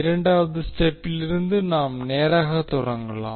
இரண்டாவது ஸ்டெப்பிலிருந்து நாம் நேராக தொடங்கலாம்